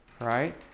right